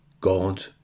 God